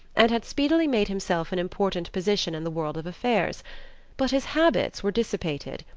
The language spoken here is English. and had speedily made himself an important position in the world of affairs but his habits were dissipated,